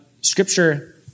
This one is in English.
Scripture